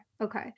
Okay